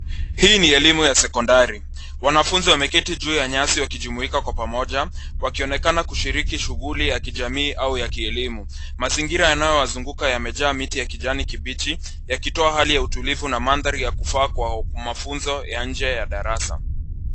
Hii ni elimu ya sekondari. Wanafunzi wameketi juu ya nyasi wakijumuika kwa pamoja wakionekana kushiriki shughuli ya kijamii au ya kielimu. Mazingira yanayowazunguka yamejaa miti ya kijani kibichi, yakitoa hali ya utulivu na mandhari kufaa kwa mafunzo ya nje ya darasa.